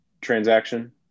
transaction